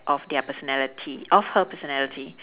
of their personality of her personality